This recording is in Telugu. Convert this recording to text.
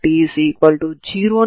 దీని నుండి u2xx00 వస్తుంది సరేనా